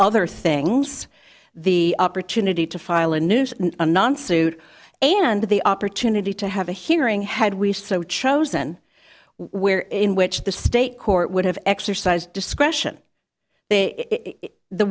other things the opportunity to file a new non student and the opportunity to have a hearing had we so chosen where in which the state court would have exercise discretion they the